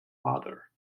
father